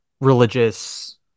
religious